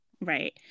Right